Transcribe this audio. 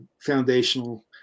foundational